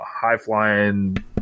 High-flying